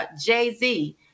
Jay-Z